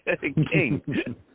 King